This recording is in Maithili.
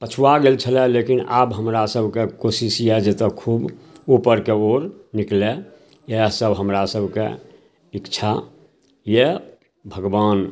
पछुआ गेल छलै लेकिन आब हमरासभके कोशिश यऽ जतऽ खूब उपरके ओर निकलै इएहसब हमरासभके इच्छा यऽ भगवान